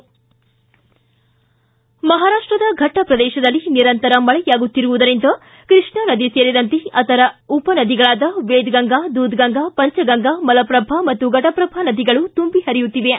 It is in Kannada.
ಪಿಟಿಸಿ ಪ್ರದೇಶ ಸಮಾಚಾರ ಮಹಾರಾಷ್ಟದ ಫೆಟ್ಟ ಪ್ರದೇಶದಲ್ಲಿ ನಿರಂತರ ಮಳೆಯಾಗುತ್ತಿರುವುದರಿಂದ ಕೃಷ್ಣ ನದಿ ಸೇರಿದಂತೆ ಅದರ ಉಪ ನದಿಗಳಾದ ವೇದಗಂಗಾ ದೂದಗಂಗಾ ಪಂಚಗಂಗಾ ಮಲಪ್ರಭಾ ಘಟಪ್ರಭಾ ನದಿಗಳು ತುಂಬಿ ಪರಿಯುತ್ತಿವೆ